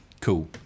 cool